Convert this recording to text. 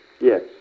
Yes